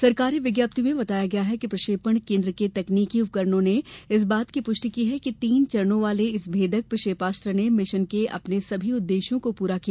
सरकारी विज्ञप्ति में बताया गया है कि प्रक्षेपण केंद्र के तकनीकी उपकरणों ने इस बात की पुष्टि की है कि तीन चरणों वाले इस भेदक प्रक्षेपास्त्र ने मिशन के अपने सभी उद्देश्यों को पूरा किया